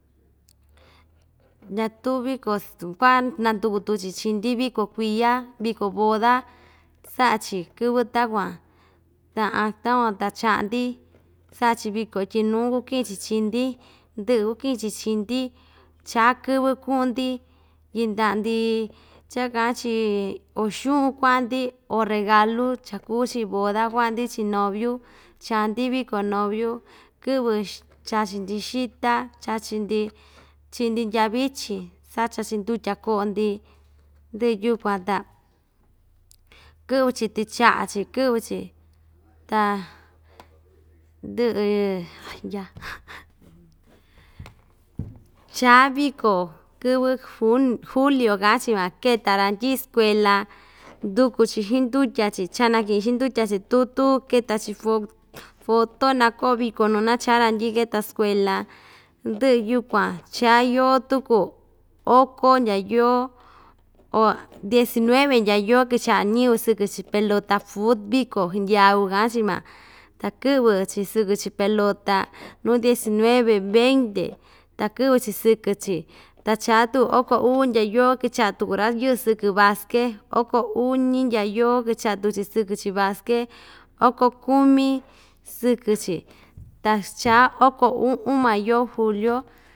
Ñatuvi kost kua'a nanduku tuku‑chi chii‑ndi viko kuiya viko boda sa'a‑chi kɨvɨ takuan ta takuan ta cha'a‑ndi sa'a‑chi viko ityi nuu kuki'in‑chi chii‑ndi ndɨ'ɨ kuki'in‑chi chii‑ndi chaa kɨvɨ ku'un‑ndi yɨnda'a‑ndi cha‑ka'an‑chi o xu'un ku'a‑ndi o regalu cha‑kuu chi boda ku'a‑ndi chii noviu chaa‑ndi viko noviu kɨ'vɨ chachi‑ndi xita chachi‑ndi chi'i‑ndi ndyavichin sacha‑chi ndutya ko'o‑ndi ndɨ yukuan ta kɨ'vɨ‑chi ticha'a‑tɨ kɨ'vɨ‑chi ta ndɨ'ɨ ya chaa viko kɨvɨ jun julio ka'an‑chi va keta randyi'i skuela nduku‑chi xindutya‑chi chanaki'in xindutya‑chi tutú keta‑chi foto nakó viko nu nachá randyi'i keta skuela ndɨ'ɨ yukuan chaa yoo tuku oko ndya yoo diecinueve ndya yoo kicha'a ñɨvɨ sɨkɨ‑chi pelota fut viko hndyau ka'an‑chi ma ta kɨ'vɨ‑chi sɨkɨ‑chi pelota nu diecinueve veinte ta kɨ'vɨ‑chi sɨkɨ‑chi ta chaa tuku oko uu ndya yoo kicha'a tuku ra‑yɨɨ sɨkɨ baske oko uñi ndya yoo kicha'a tuku‑chi sɨkɨ‑chi baske oko kumi sɨkɨ‑chi ta chaa oko u'un ma yoo julio.